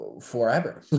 forever